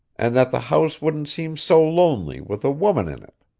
and that the house wouldn't seem so lonely with a woman in it.